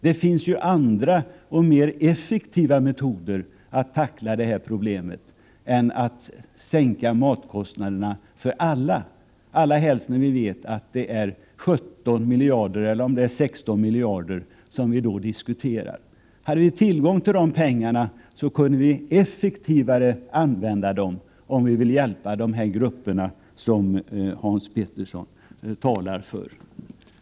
Det finns ju andra och mer effektiva metoder att tackla det problemet än att sänka matkostnaderna för alla—allra helst som vi vet att det rör sig om 16 miljarder kronor — eller om det nu var 17 miljarder. Hade vi tillgång till de pengarna så kunde vi använda dem effektivare för att hjälpa de grupper som Hans Petersson talar för.